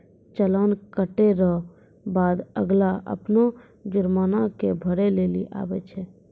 चालान कटे रो बाद अगला अपनो जुर्माना के भरै लेली आवै छै